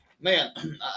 Man